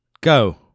go